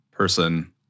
person